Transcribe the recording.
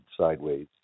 sideways